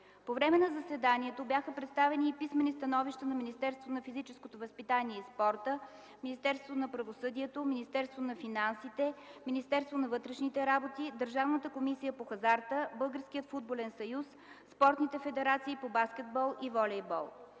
По време на заседанието бяха представени и писмени становища на Министерството на физическото възпитание и спорта, Министерството на правосъдието, Министерството на финансите, Министерството на вътрешните работи, Държавната комисия по хазарта, Българския футболен съюз, спортните федерации по баскетбол и волейбол.